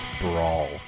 Brawl